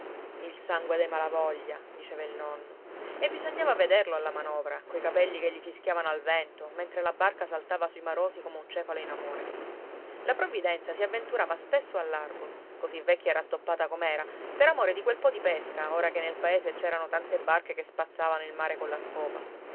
il sangue dei malavoglia diceva il nonno e bisognava vederlo alla manovra coi capelli che gli fischiavano al vento mentre la barca saltava sui marosi come un cefalo in amore la provvidenza si avventurava spesso al largo così vecchia e rattoppata com'era per amore di quel po di pesca ora che nel paese c'erano tante barche che spazzavano il mare colla scopa